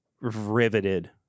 Riveted